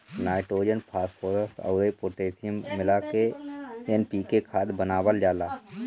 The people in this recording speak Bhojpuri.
नाइट्रोजन, फॉस्फोरस अउर पोटैशियम मिला के एन.पी.के खाद बनावल जाला